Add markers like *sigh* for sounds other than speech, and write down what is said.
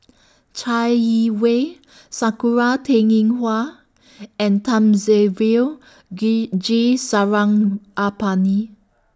Chai Yee Wei Sakura Teng Ying Hua and Thamizhavel *unintelligible* G Sarangapani